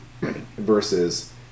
versus